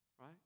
right